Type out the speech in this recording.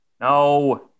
no